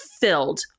filled